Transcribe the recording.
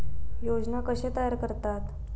योजना कशे तयार करतात?